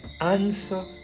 answer